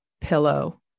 pillow